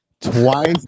Twice